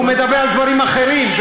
הוא מדבר על דברים אחרים.